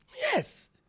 Yes